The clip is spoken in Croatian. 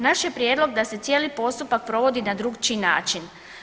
Naš je prijedlog da se cijeli postupak provodi na drukčiji način.